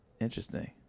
interesting